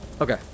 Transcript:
Okay